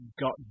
got